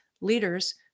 leaders